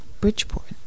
Bridgeport